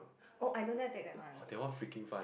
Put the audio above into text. oh I don't dare to take that one